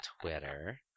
Twitter